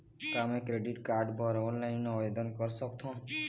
का मैं credit card बर ऑनलाइन आवेदन कर सकथों?